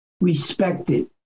respected